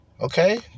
Okay